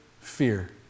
fear